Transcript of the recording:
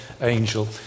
angel